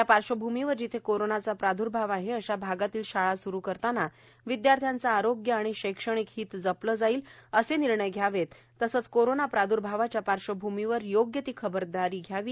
यापार्श्वभूमीवर जिथे कोरोनाचा प्राद्र्भाव आहे अशा भागातल्या शाळा स्रु करताना विद्यार्थ्यांचे आरोग्य आणि शैक्षणिक हित जपलं जाईल असे निर्णय घ्यावेत तसंच कोरोना प्राद्र्भावाच्या पार्श्वभूमीवर योग्य ती खबरदारी घ्यावी